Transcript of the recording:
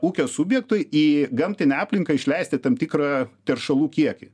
ūkio subjektui į gamtinę aplinką išleisti tam tikrą teršalų kiekį